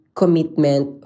commitment